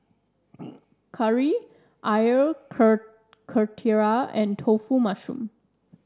Curry Air Karthira and Mushroom Tofu